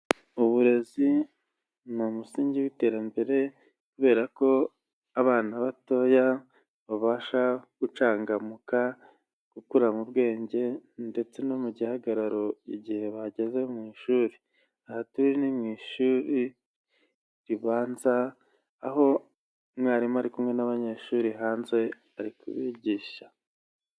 Uburezi ni umusingi w'iterambere kubera ko abana batoya babasha gucangamuka, gukura mu bwenge ndetse no mu gihagararo igihe bageze mu ishuri. Aha turi ni mu ishuri ribanza, aho umwarimu ari kumwe n'abanyeshuri hanze ari kubigisha.